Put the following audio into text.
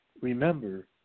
remember